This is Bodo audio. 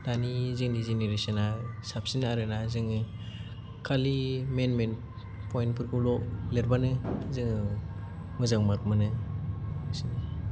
दानि जोंनि जेनेरेसना साबसिन आरोना जोङो खालि मैन मैन पइन्टफोरखौल' लिरबानो जोङो मोजां मार्क मोनो एसेनो